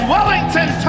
Wellington